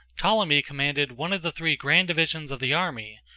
ptolemy commanded one of the three grand divisions of the army,